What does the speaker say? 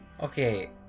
Okay